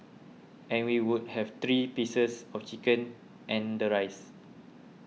and we would have three pieces of chicken and the rice